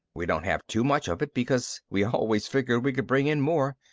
we don't have too much of it because we always figured we could bring in more.